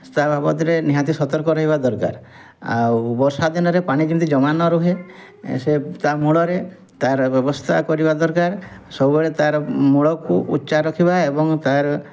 ତା' ବାବଦରେ ନିହାତି ସତର୍କ ରହିବା ଦରକାର ଆଉ ବର୍ଷା ଦିନରେ ପାଣି ଯେମିତି ଜମା ନ ରୁହେ ସେ ତା' ମୂଳରେ ତା'ର ବ୍ୟବସ୍ଥା କରିବା ଦରକାର ସବୁବେଳେ ତା'ର ମୂଳକୁ ଉଚ୍ଚା ରଖିବା ଏବଂ ତା'ର